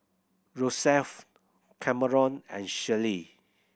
Rosevelt Cameron and Shellie